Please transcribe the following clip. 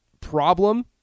problem